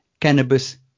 cannabis